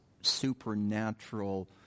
supernatural